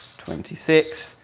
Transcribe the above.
twenty six,